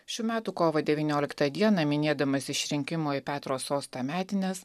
šių metų kovo devynioliktą dieną minėdamas išrinkimo į petro sostą metines